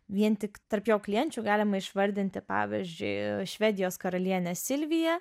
vien tik tarp jo klienčių galima išvardinti pavyzdžiui švedijos karalienę silviją